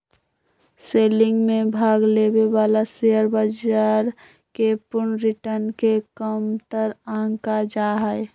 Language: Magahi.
सेलिंग में भाग लेवे वाला शेयर बाजार के पूर्ण रिटर्न के कमतर आंका जा हई